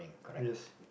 yes